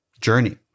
journey